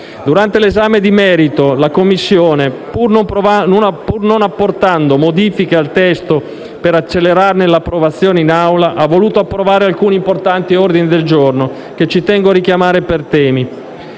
Durante l'esame di merito la Commissione, pur non apportando modifiche al testo per accelerarne l'approvazione in Aula, ha voluto approvare alcuni importanti ordini del giorno che ci tengo a richiamare per temi.